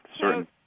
certain